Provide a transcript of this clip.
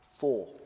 Four